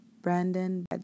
Brandon